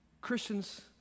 Christians